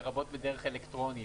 לרבות בדרך אלקטרונית.